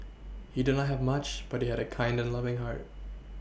he did not have much but he had a kind and loving heart